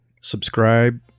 subscribe